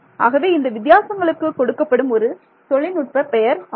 ஆகவே இந்த வித்தியாசங்களுக்கு கொடுக்கப்படும் ஒரு தொழில்நுட்ப பெயர் ஆகும்